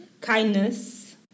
kindness